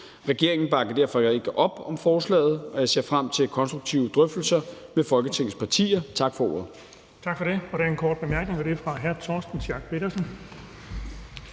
Regeringen bakker derfor ikke op om forslaget, og jeg ser frem til konstruktive drøftelser med Folketingets partier. Tak for ordet.